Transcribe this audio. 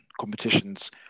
competitions